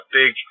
big